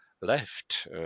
left